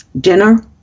dinner